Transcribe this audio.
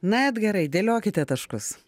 na edgarai dėliokite taškus